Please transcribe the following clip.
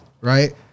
right